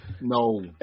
No